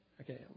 Okay